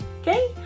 okay